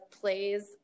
plays